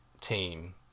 team